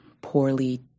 poorly